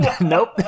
Nope